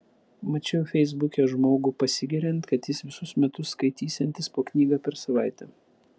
mačiau feisbuke žmogų pasigiriant kad jis visus metus skaitysiantis po knygą per savaitę